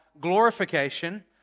glorification